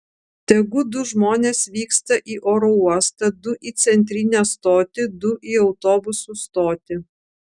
tegu du žmonės vyksta į oro uostą du į centrinę stotį du į autobusų stotį